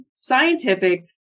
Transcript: scientific